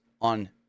on